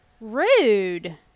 Rude